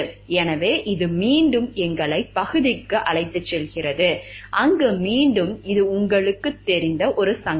எனவே இது மீண்டும் எங்களைப் பகுதிக்கு அழைத்துச் செல்கிறது அங்கு மீண்டும் இது உங்களுக்குத் தெரிந்த ஒரு சங்கடம்